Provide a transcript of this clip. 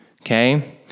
okay